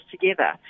together